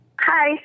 Hi